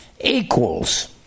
equals